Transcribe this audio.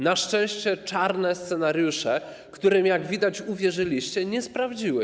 Na szczęście czarne scenariusze, którym, jak widać, uwierzyliście, się nie sprawdziły.